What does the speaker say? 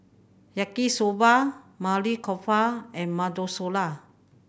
Yaki Soba Maili Kofta and La